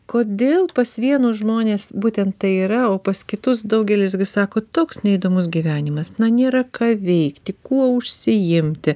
kodėl pas vienus žmonės būtent tai yra o pas kitus daugelis gi sako toks neįdomus gyvenimas na nėra ką veikti kuo užsiimti